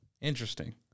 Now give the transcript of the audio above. interesting